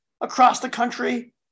across-the-country